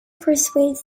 persuades